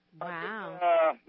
Wow